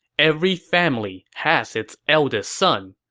every family has its eldest son,